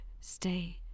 stay